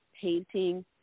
Painting